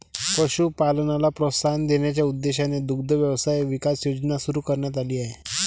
पशुपालनाला प्रोत्साहन देण्याच्या उद्देशाने दुग्ध व्यवसाय विकास योजना सुरू करण्यात आली आहे